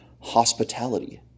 hospitality